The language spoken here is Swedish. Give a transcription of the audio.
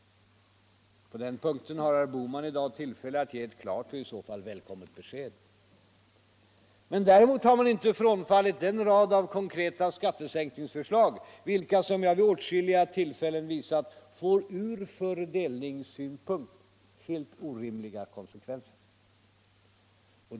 På den punkten har herr Bohman i dag tillfälle att ge ett klart och i så fall välkommet besked. Däremot har man inte frånfallit den rad av konkreta skattesänkningsförslag vilka, som jag vid åtskilliga tillfällen visat, får ur fördelningssynpunkt helt orimliga konsekvenser.